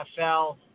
NFL